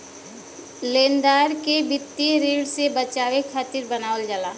लेनदार के वित्तीय ऋण से बचावे खातिर बनावल जाला